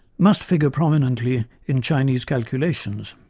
must figure prominently in chinese calculations.